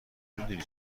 میدونی